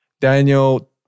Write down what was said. Daniel